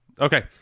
Okay